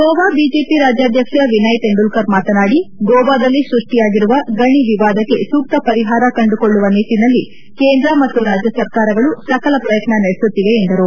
Goa BJP ರಾಜ್ಯಾಧ್ಯಕ್ಷ ವಿನಯ್ ತೆಂಡೂಲ್ಲರ್ ಮಾತನಾಡಿ ಗೋವಾದಲ್ಲಿ ಸ್ಪಷ್ಲಿಯಾಗಿರುವ ಗಣಿ ವಿವಾದಕ್ಕೆ ಸೂಕ್ತ ಪರಿಹಾರ ಕಂಡುಕೊಳ್ಳುವ ನಿಟ್ಲನಲ್ಲಿ ಕೇಂದ್ರ ಮತ್ತು ರಾಜ್ಯ ಸರ್ಕಾರಗಳು ಸಕಲ ಪ್ರಯತ್ನ ನಡೆಸುತ್ತಿವೆ ಎಂದರು